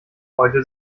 heute